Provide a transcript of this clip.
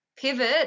Pivot